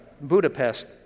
Budapest